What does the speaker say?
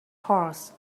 horse